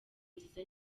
nziza